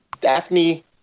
Daphne